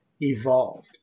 evolved